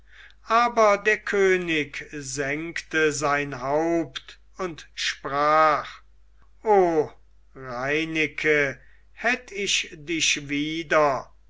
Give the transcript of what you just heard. aber der könig senkte sein haupt und sprach o reineke hätt ich dich wieder